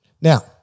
Now